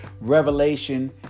revelation